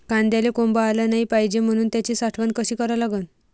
कांद्याले कोंब आलं नाई पायजे म्हनून त्याची साठवन कशी करा लागन?